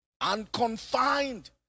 unconfined